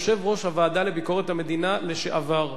יושב-ראש הוועדה לביקורת המדינה לשעבר.